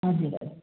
हजुर हजुर